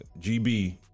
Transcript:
GB